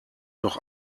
doch